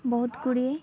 ବହୁତ ଗୁଡ଼ିଏ